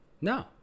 No